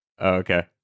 Okay